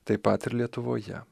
taip pat ir lietuvoje